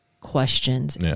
questions